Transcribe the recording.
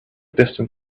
distant